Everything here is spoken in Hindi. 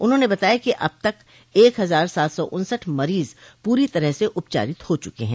उन्होंने बताया कि अब तक एक हजार सात सौ उन्सठ मरीज पूरी तरह से उपचारित हो चुके हैं